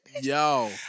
Yo